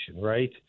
right